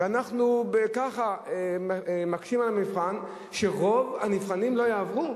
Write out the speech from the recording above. ואנחנו מקשים את המבחן ככה שרוב הנבחנים לא יעברו?